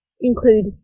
include